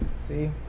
See